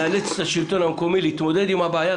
לאלץ את השלטון המקומי להתמודד עם הבעיה,